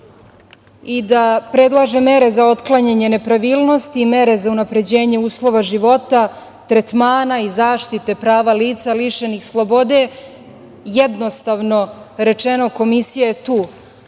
i da predlaže mere za otklanjanje nepravilnosti i mere za unapređenje uslova života, tretmana i zaštite prava lica lišenih slobode. Jednostavno rečeno, Komisija je tu